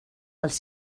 els